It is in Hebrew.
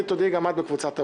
תודיעי גם את בקבוצת הוואטסאפ.